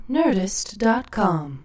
nerdist.com